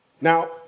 Now